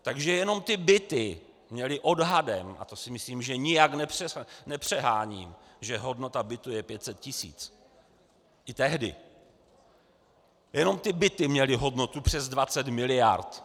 Takže jenom ty byty měly odhadem, a to si myslím, že nijak nepřeháním, že hodnota bytu je 500 tisíc, i tehdy, jenom ty byty měly hodnotu přes 20 miliard.